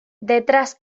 detrás